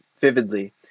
vividly